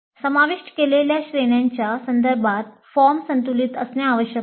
समाविष्ट केलेल्या श्रेण्यांच्या संदर्भात फॉर्म संतुलित असणे आवश्यक आहे